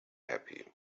happy